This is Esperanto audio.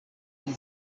pri